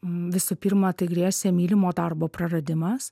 visų pirma tai grėsė mylimo darbo praradimas